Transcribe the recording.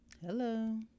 Hello